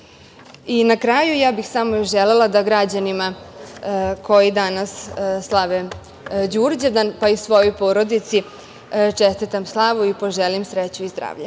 kraju, samo bih još želela da građanima koji danas slave Đurđevdan, pa i svojoj porodici čestitam slavu i poželim sreću i zdravlje.